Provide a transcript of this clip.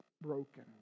broken